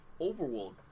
Overworld